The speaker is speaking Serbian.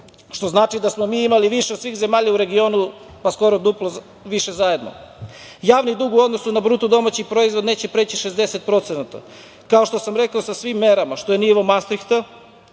što znači da smo mi imali više od svih zemalja u regionu, pa, skoro duplo više zajedno. Javni dug u odnosu na bruto domaći proizvod neće preći 60%, kao što sam rekao sa svim merama, što je nivo Mastrihta.